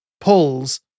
pulls